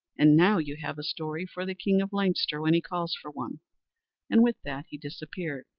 and now you have a story for the king of leinster when he calls for one and with that he disappeared.